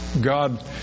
God